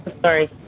Sorry